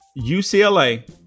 UCLA